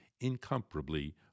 incomparably